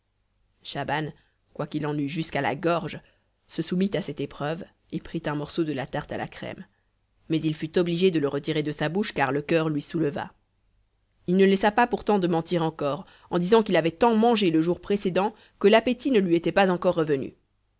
schaban quoiqu'il en eût jusqu'à la gorge se soumit à cette épreuve et prit un morceau de la tarte à la crème mais il fut obligé de le retirer de sa bouche car le coeur lui souleva il ne laissa pas pourtant de mentir encore en disant qu'il avait tant mangé le jour précédent que l'appétit ne lui était pas encore revenu